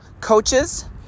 coaches